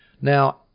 Now